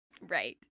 Right